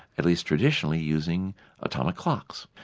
at least traditionally, using atomic clocks.